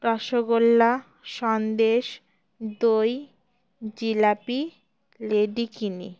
রসগোল্লা সন্দেশ দই জিলাপি লেডিকিনি